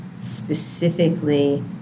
specifically